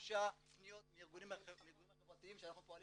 75 פניות מארגונים חברתיים שאנחנו פועלים